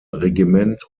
regiment